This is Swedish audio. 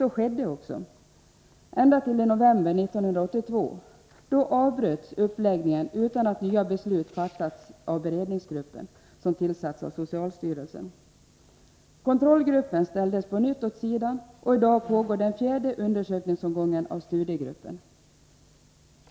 Så skedde också, ända till i november 1982 — då avbröts uppläggningen utan att nya beslut hade fattats av beredningsgruppen, som tillsatts av socialstyrelsen. Kontrollgruppen ställdes på nytt åt sidan. I dag pågår den fjärde undersökningen av studiegruppen.